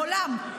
מעולם,